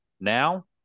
now